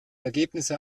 ergebnisse